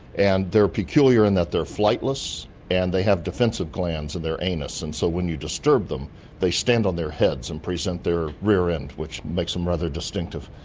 and they're peculiar in that they're flightless and they have defensive glands in their anus, and so when you disturb them they stand on their heads and present their rear end, which makes them rather distinctive.